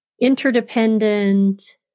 interdependent